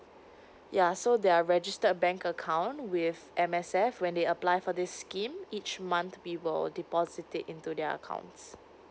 ya so they are registered bank account with a M_S_F when they apply for this scheme each month we will deposit it into their accounts